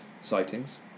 sightings